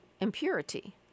impurity